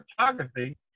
photography